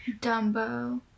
Dumbo